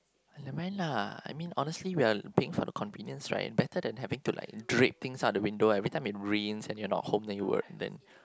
never mind lah I mean honestly we are paying for the convenience right better than having to like drip things out of the windows every time it rains and you are not hoping it would then